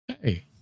Hey